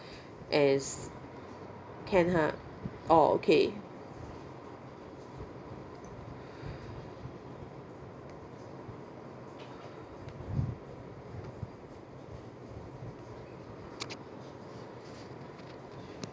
as can ah orh okay